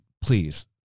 Please